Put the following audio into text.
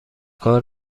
کار